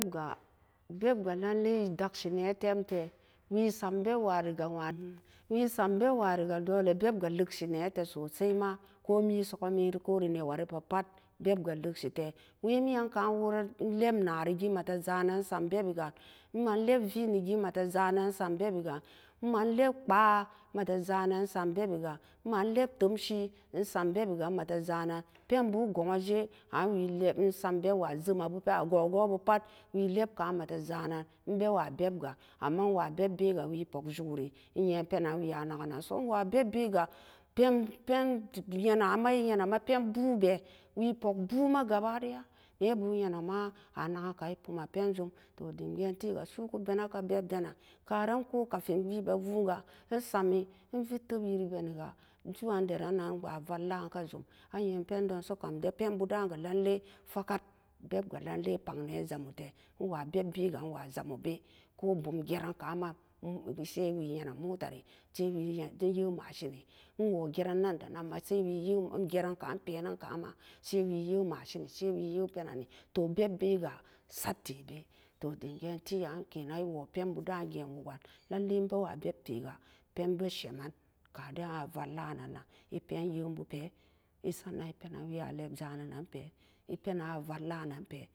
Ga beb ga dak se nee tem tee we sam beb wa ri ga wa nan we sam beb wari ga beb lak see nee tee sosai ma ko me sokamii ko ri nawari pe ma beb ga leksi tee wai mi'an ka'n wee lap naa ree gin ma tee sa men e ban lap veen e gin e ban lep paa e ma tee janen e sam bebi ga e ban lee team see e teja nen pen bu gon jee an we sam beb ban aguagu bu dee pat e ma tee janen e bee wa beb ga e a tee janen e beb bee ga e poki ju ki re e yen peenan e ma naken nan so e wa beb bee ga pen tok ye na ma, wee pok boo ma gaba daiya a nekan pooma pen jum dem ga'an te ga su'u ku bena né karan ko kafan wee bee wo'an ga a sami e vet tep rire beni ga su'uan daran ma valla na gka jum pendon so kam da pen boodaga nanlee, falekat beb ga nanlee pak nee jamu tee e wa beb bee ga e wa jamu bee ko bum jee ran ka ma saiwa yee nen motar ree sai wee yi machen ne pen nan da nan ma we jere ka ma sai wee yi machin ne toh beb be ga sat tee bee toh dem gee te gan e woo pen boo dan, lalee a bee wa bebtee ga pat ree samen ka den e ma. valla nan-nan e pen yin bu pee sannan e penan wee lep jee nenan pee a valla nan pee.